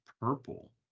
purple